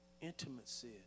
intimacy